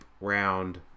round